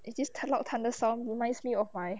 is this loud thunders sound reminds me of mine